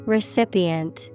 Recipient